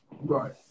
Right